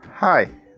Hi